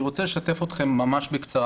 אני רוצה לשתף אתכם ממש בקצרה,